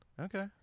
Okay